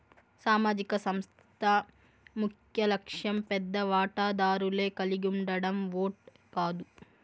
సామాజిక సంస్థ ముఖ్యలక్ష్యం పెద్ద వాటాదారులే కలిగుండడం ఓట్ కాదు